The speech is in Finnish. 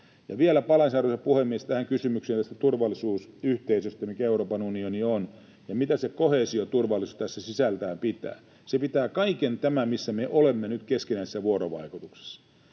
vielä palaisin, arvoisa puhemies, kysymykseen tästä turvallisuusyhteisöstä, mikä Euroopan unioni on, ja siihen, mitä se koheesioturvallisuus pitää sisällään. Se pitää kaiken tämän, missä me olemme nyt keskinäisessä vuorovaikutuksessa.